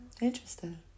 Interesting